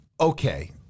Okay